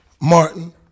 Martin